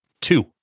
two